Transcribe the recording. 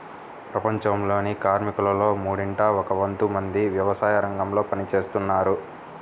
ప్రపంచంలోని కార్మికులలో మూడింట ఒక వంతు మంది వ్యవసాయరంగంలో పని చేస్తున్నారు